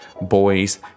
Boys